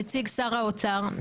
נציג שר האוצר,